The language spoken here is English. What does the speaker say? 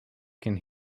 can